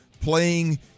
playing